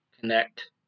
connect